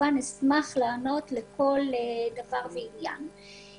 אשמח לענות לכל דבר ועניין.